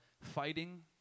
Fighting